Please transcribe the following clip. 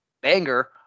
banger